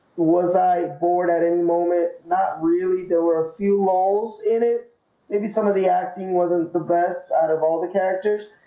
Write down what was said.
was i bored at any moment? not really there were a few roles in it maybe some of the acting wasn't the best out of all the characters,